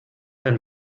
ein